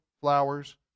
flowers